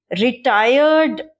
retired